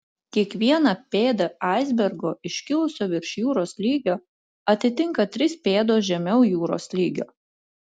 kiekvieną pėdą aisbergo iškilusio virš jūros lygio atitinka trys pėdos žemiau jūros lygio